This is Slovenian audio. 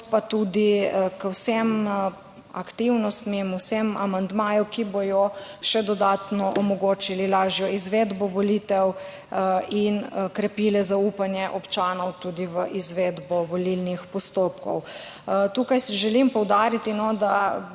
pa tudi k vsem aktivnostim, vsem amandmajem, ki bodo še dodatno omogočili lažjo izvedbo volitev in krepili zaupanje občanov tudi v izvedbo volilnih postopkov. Tukaj želim poudariti, da